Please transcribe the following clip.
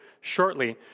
shortly